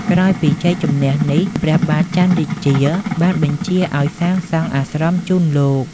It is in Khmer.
ក្រោយពីជ័យជម្នះនេះ ព្រះបាទច័ន្ទរាជាបានបញ្ជាឱ្យសាងសង់អាស្រមជូនលោក។